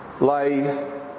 lay